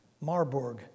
Marburg